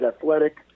athletic